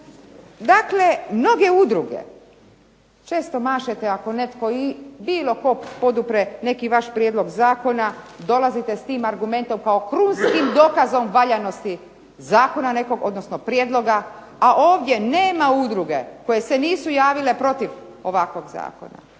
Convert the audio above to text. Dakle, mnoge udruge, često mašete ako netko ili bilo tko podupre neki vaš prijedlog zakona, dolazite s tim argumentom kao krunskim dokazom valjanosti zakona nekog, odnosno prijedloga, a ovdje nema udruge koje se nisu javile protiv ovakvog zakona.